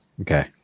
Okay